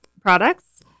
products